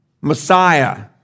Messiah